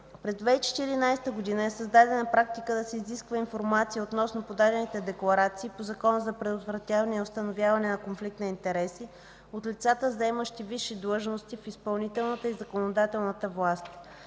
През 2014 г. е създадена практика да се изисква информация относно подадените декларации по Закона за предотвратяване и установяване на конфликт на интереси от лицата, заемащи висши длъжности в изпълнителната и законодателната власт.